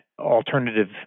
alternative